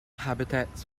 habitats